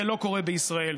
זה לא קורה בישראל.